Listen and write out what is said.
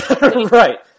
right